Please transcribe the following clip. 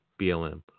BLM